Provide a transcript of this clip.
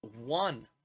One